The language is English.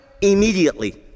immediately